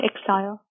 exile